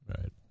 Right